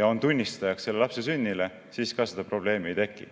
ja on tunnistajaks lapse sünnile, siis ka seda probleemi ei teki.